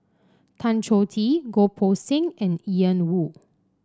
Tan Choh Tee Goh Poh Seng and Ian Woo